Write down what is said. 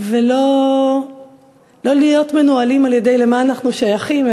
ולא להיות מנוהלים על-ידי למה אנחנו שייכים,